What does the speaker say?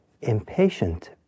Impatient